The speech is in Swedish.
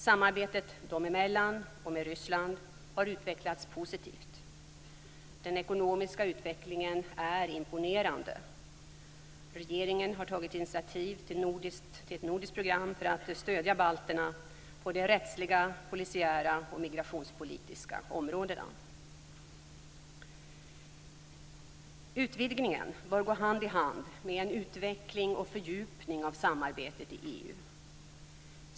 Samarbetet dem emellan och med Ryssland har utvecklats positivt. Den ekonomiska utvecklingen är imponerande. Regeringen har tagit initiativ till ett nordiskt program för att stödja balterna på de rättsliga, polisiära och migrationspolitiska områdena. Utvidgningen bör gå hand i hand med en utveckling och fördjupning av samarbetet i EU.